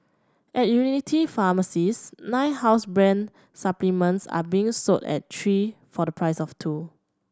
at pharmacies nine house brand supplements are being sold at three for the price of two